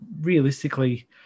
realistically